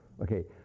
Okay